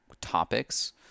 topics